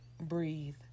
breathe